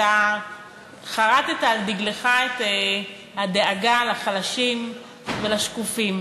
אתה חרתָּ על דגלך את הדאגה לחלשים ולשקופים.